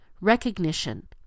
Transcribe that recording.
recognition